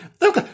look